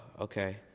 okay